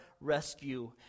rescue